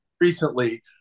recently